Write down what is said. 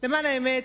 למען האמת,